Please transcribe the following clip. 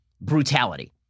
brutality